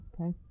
okay